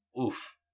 oof